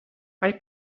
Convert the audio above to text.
hai